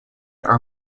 are